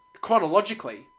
chronologically